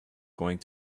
going